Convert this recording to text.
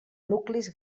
nuclis